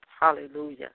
Hallelujah